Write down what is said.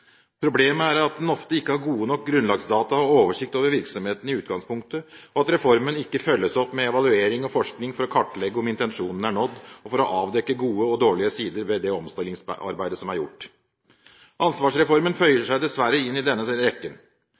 Problemet er at en ofte ikke har gode nok grunnlagsdata og oversikt over virksomheten i utgangspunktet, og at reformen ikke følges opp med evaluering og forskning for å kartlegge om intensjonen er nådd og for å avdekke gode og dårlige sider ved det omstillingsarbeidet som er gjort. Ansvarsreformen føyer seg dessverre inn i denne rekken.